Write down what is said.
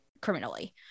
criminally